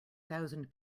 thousand